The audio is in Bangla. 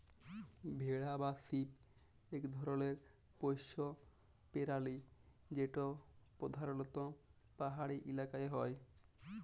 ভেড়া বা শিপ ইক ধরলের পশ্য পেরালি যেট পরধালত পাহাড়ি ইলাকায় হ্যয়